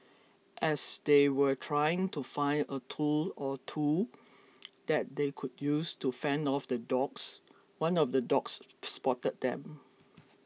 as they were trying to find a tool or two that they could use to fend off the dogs one of the dogs spotted them